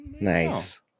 nice